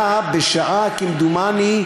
היה בשעה, כמדומני,